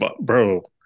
bro